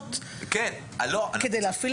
חדשות כדי להפעיל את הסמכות שלך?